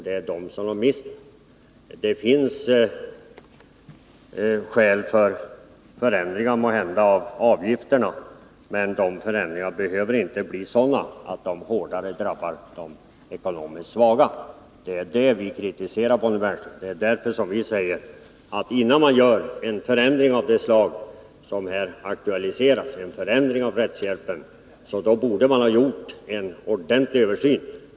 Det finns måhända skäl att förändra avgifterna, men de förändringarna behöver inte bli sådana att de hårdare drabbar de ekonomiskt svaga. Det är det vi kritiserar, Bonnie Bernström, och det är därför vi säger att man innan man föreslår en förändring av rättshjälpen av det slag som här aktualiserats bör ha gjort en ordentlig översyn.